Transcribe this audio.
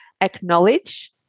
acknowledge